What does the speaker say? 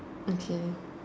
okay